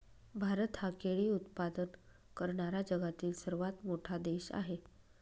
भारत हा केळी उत्पादन करणारा जगातील सर्वात मोठा देश आहे